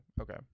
Okay